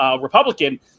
Republican